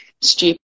Stupid